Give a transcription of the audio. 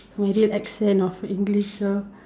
my real accent of English lor